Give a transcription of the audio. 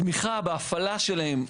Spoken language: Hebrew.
התמיכה בהפעלה שלהם,